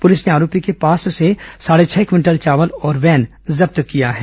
police ने आरोपी के पास से साढ़े छह क्विंटल चावल और वैन जब्त किया है